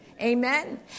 Amen